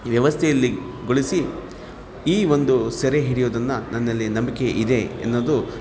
ವ್ಯವಸ್ಥೆಯಲ್ಲಿ ಗೊಳಿಸಿ ಈ ಒಂದು ಸೆರೆ ಹಿಡಿಯುವುದನ್ನು ನನ್ನಲ್ಲಿ ನಂಬಿಕೆ ಇದೆ ಎನ್ನೋದು